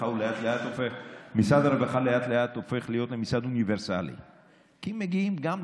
בשטח, הם יושבים עם